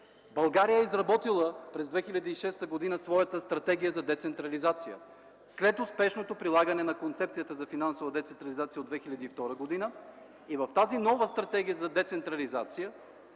България е изработила своята стратегия за децентрализация след успешното прилагане на концепцията за финансова децентрализация от 2002 г. и в тази нова стратегия за децентрализация